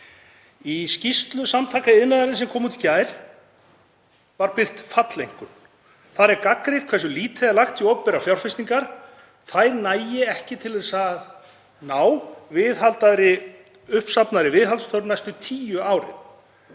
Í skýrslu Samtaka iðnaðarins, sem kom út í gær, var birt falleinkunn. Þar er gagnrýnt hversu lítið er lagt í opinberar fjárfestingar. Þær nægi ekki til þess að ná uppsafnaðri viðhaldsþörf næstu tíu árin.